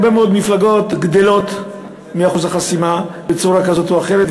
הרבה מאוד מפלגות גדלות מאחוז החסימה בצורה כזאת או אחרת,